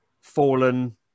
fallen